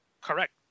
Correct